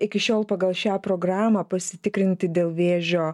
iki šiol pagal šią programą pasitikrinti dėl vėžio